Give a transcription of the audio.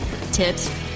tips